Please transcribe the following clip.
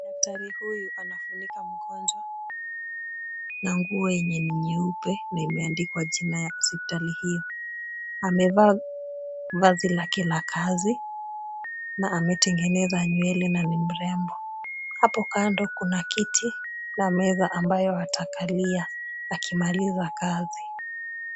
Daktari huyu anafunika mgonjwa na nguo yenye ni nyeupe na imeandikwa jina ya hospitali hiyo. Amevaa vazi lake la kazi na ametengeneza nywele na ni mrembo. Hapo kando kuna kiti na meza ambayo atakalia akimaliza kazi.